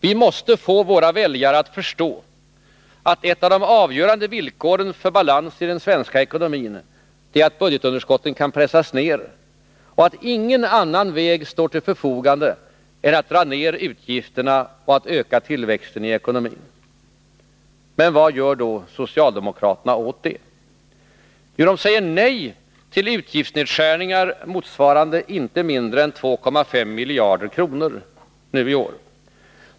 Vi måste få våra väljare att förstå att ett av de avgörande villkoren för balans i den svenska ekonomin är att budgetunderskotten pressas ner och att ingen annan väg står till förfogande än att dra ner utgifterna och att öka tillväxten i ekonomin. Vad gör då socialdemokraterna åt det? Ja, de säger nej till utgiftsnedskärningar i år motsvarande inte mindre än 2,5 miljarder kronor.